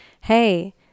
Hey